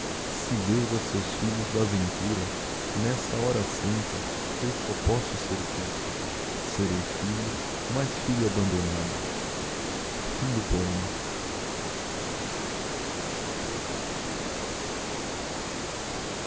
se deus a seus filhos dá ventura n'esta hora santa e eu só posso ser triste serei filho mas filho abandonado a